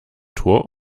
tor